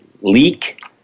leak